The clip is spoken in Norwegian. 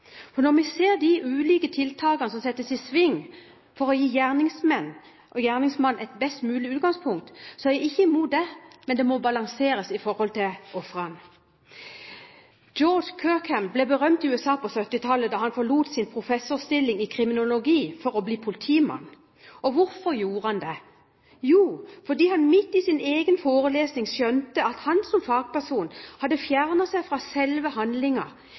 Når vi ser de ulike tiltakene som settes i sving for å gi gjerningsmannen et best mulig utgangspunkt, så er jeg ikke imot det, men det må balanseres i forhold til ofrene. George Kirkham ble berømt i USA på 1970-tallet da han forlot sin professorstilling i kriminologi for å bli politimann. Hvorfor gjorde han det? Jo, fordi han midt i sin egen forelesning skjønte at han som fagperson hadde fjernet seg fra selve